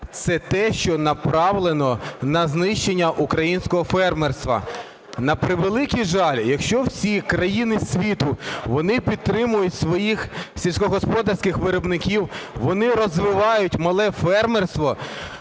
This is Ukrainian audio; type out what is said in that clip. це те, що направлено на знищення українського фермерства. На превеликий жаль, якщо всі країни світу, вони підтримують своїх сільськогосподарських виробників, вони розвивають мале фермерство,